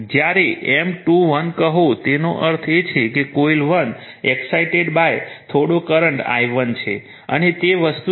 જ્યારે M21 કહો તેનો અર્થ એ છે કે કોઇલ 1 એક્સસાઈટેડ બાય થોડો કરંટ i1 છે અને તે વસ્તુ છે